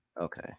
Okay